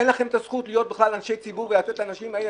אין לכם את הזכות להיות בכלל אנשי ציבור ולתת לאנשים האלה